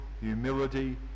humility